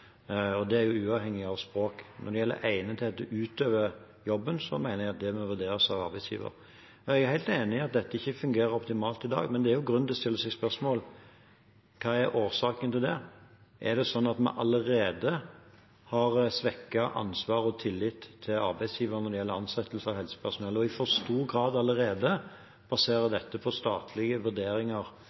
og det er uavhengig av språk. Når det gjelder egnethet til å utøve jobben, mener jeg at det bør vurderes av arbeidsgiver. Jeg er helt enig i at dette ikke fungerer optimalt i dag, men det er jo grunn til å stille seg spørsmålet: Hva er årsaken til det? Er det sånn at vi allerede har svekket ansvar og tillit til arbeidsgiver når det gjelder ansettelse av helsepersonell, og i for stor grad allerede baserer dette på statlige vurderinger,